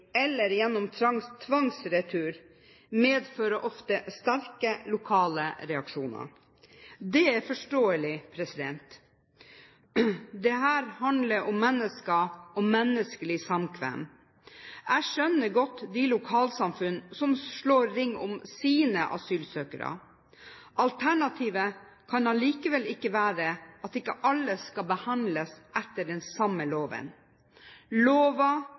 eller gjennom tvangsretur, medfører ofte sterke lokale reaksjoner. Det er forståelig. Dette handler om mennesker og menneskelig samkvem. Jeg skjønner godt de lokalsamfunn som slår ring om sine asylsøkere. Alternativet kan likevel ikke være at ikke alle skal behandles etter den samme loven.